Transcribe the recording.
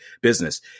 business